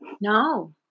No